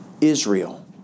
Israel